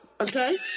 okay